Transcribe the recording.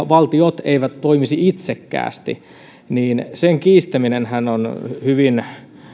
valtiot eivät toimisi itsekkäästi sen kiistäminenhän on hyvin